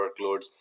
workloads